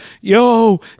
Yo